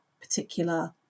particular